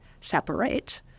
separate